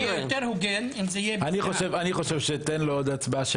זה יהיה יותר הוגן אם זה יהיה --- אני מקבל את זה.